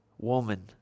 Woman